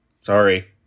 Sorry